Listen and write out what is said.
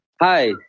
Hi